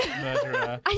murderer